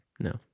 No